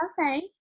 Okay